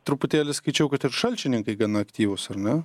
truputėlį skaičiau kad ir šalčininkai gana aktyvūs ar ne